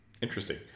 Interesting